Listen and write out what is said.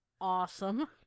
awesome